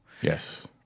Yes